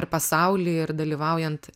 pasaulį ir dalyvaujant